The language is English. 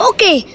Okay